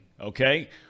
okay